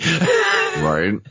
Right